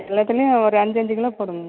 எல்லாத்துலேயும் ஒரு அஞ்சஞ்சு கிலோ போடுங்கங்க